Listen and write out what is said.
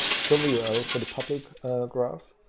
server yeah url for the public graph,